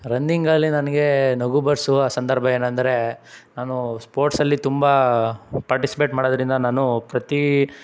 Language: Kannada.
ರನ್ನಿಂಗಲ್ಲಿ ನನಗೆ ನಗು ಬರಿಸುವ ಸಂದರ್ಭ ಏನಂದರೆ ನಾನು ಸ್ಪೋರ್ಟ್ಸಲ್ಲಿ ತುಂಬ ಪಾರ್ಟಿಸ್ಪೇಟ್ ಮಾಡೋದರಿಂದ ನಾನು ಪ್ರತಿ